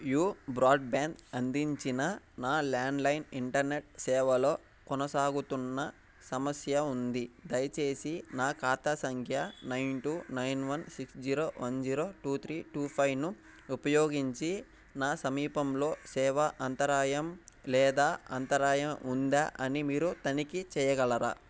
you broadband అందించిన నా landline internet సేవలో కొనసాగుతున్న సమస్య ఉంది దయచేసి నా ఖాతా సంఖ్య nine two nine one six zero one zero two three two ఫైవ్ను ఉపయోగించి నా సమీపంలో సేవ అంతరాయం లేదా అంతరాయం ఉందా అని మీరు తనిఖీ చేయగలరా